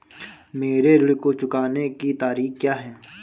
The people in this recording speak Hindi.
मेरे ऋण को चुकाने की तारीख़ क्या है?